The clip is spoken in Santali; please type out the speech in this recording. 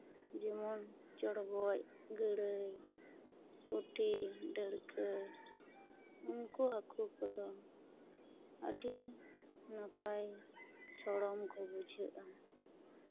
ᱡᱮᱢᱚᱱ ᱪᱚᱲᱜᱚᱡ ᱜᱟᱹᱲᱟᱹᱭ ᱯᱩᱴᱷᱤ ᱰᱟᱹᱲᱠᱟᱹ ᱩᱱᱠᱩ ᱦᱟᱹᱠᱩ ᱠᱚᱫᱚ ᱟᱹᱰᱤ ᱱᱟᱯᱟᱭ ᱥᱚᱲᱚᱢ ᱠᱚ ᱵᱩᱡᱷᱟᱹᱜᱼᱟ